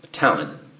Talent